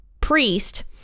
priest